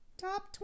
top